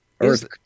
Earth